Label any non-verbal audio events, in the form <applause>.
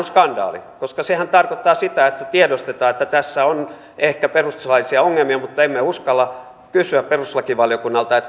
<unintelligible> skandaali koska sehän tarkoittaa sitä että tiedostetaan että tässä on ehkä perustuslaillisia ongelmia mutta koska emme uskalla kysyä perustuslakivaliokunnalta